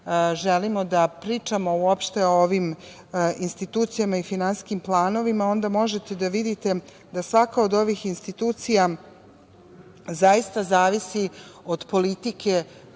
želimo da pričamo uopšte o ovim institucijama i finansijskim planovima, onda možete da vidite da svaka od ovih institucija zaista zavisi od politike